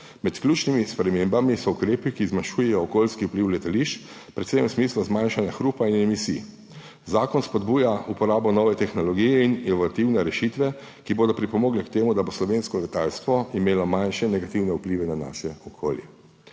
Med ključnimi spremembami so ukrepi, ki zmanjšujejo okolijski vpliv letališč, predvsem v smislu zmanjšanja hrupa in emisij. Zakon spodbuja uporabo nove tehnologije in inovativne rešitve, ki bodo pripomogle k temu, da bo slovensko letalstvo imelo manjše negativne vplive na naše okolje.